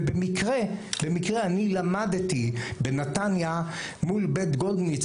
ובמקרה אני למדתי בנתניה מול בית גולמינץ,